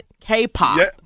K-pop